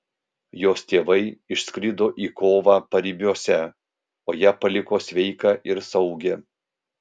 jos tėvai išskrido į kovą paribiuose o ją paliko sveiką ir saugią